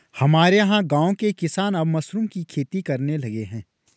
हमारे यहां गांवों के किसान अब मशरूम की खेती करने लगे हैं